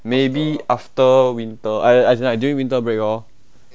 maybe after winter I I I as in like during winter break lor